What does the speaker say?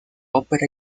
ópera